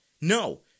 no